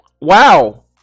Wow